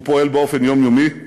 הוא פועל באופן יומיומי.